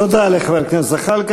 תודה לחבר הכנסת זחאלקה.